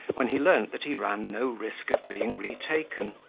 when he learned that he ran no risk of being retaken,